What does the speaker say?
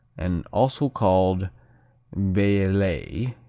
and also called bellelay.